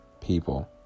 people